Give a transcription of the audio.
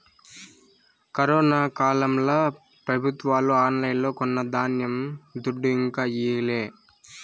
corona కాలంల పెబుత్వాలు ఆన్లైన్లో కొన్న ధాన్యం దుడ్డు ఇంకా ఈయలే